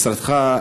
משרדך,